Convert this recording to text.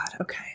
Okay